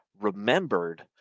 remembered